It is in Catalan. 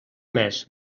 més